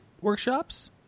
workshops